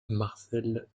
marcelle